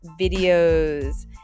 videos